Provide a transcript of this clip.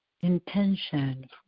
intention